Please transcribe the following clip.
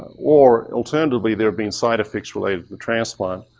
or alternatively there've been side effects related to the transplant.